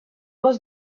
was